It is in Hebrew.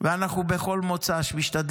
הפאב שניטלו